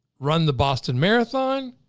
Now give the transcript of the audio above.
run the boston marathon,